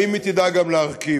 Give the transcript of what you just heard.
האם היא תדע גם להרכיב?